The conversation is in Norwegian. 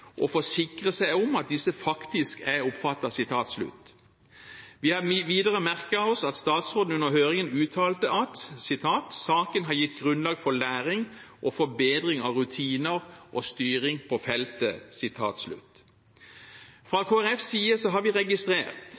forsikre seg om at disse faktisk er oppfattet». Vi har videre merket oss at statsråden under høringen uttalte at « saken har gitt grunnlag for læring og forbedring av rutiner og styring på feltet». Fra Kristelig Folkepartis side har vi registrert